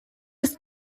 ist